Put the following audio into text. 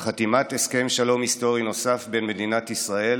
על חתימת הסכם שלום היסטורי נוסף בין מדינת ישראל